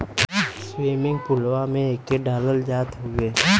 swimming पुलवा में एके डालल जात हउवे